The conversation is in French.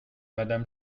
madame